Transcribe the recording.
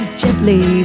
gently